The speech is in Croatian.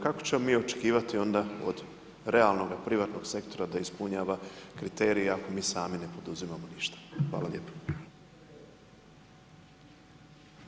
Kako ćemo mi očekivati onda od realnoga privatnog sektora da ispunjava kriterije, ako mi sami ne poduzimamo ništa.